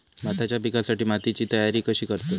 भाताच्या पिकासाठी मातीची तयारी कशी करतत?